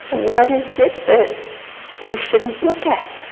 what is it that we shouldn't look at?